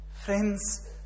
Friends